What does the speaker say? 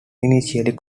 initially